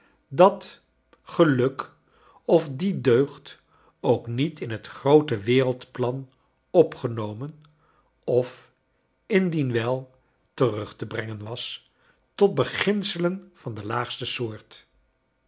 ink of die deugd ook niet in net groote wereldplan opgenomen of indien wel terug te bxengen was tot beginselen van de laagste soort